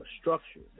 structure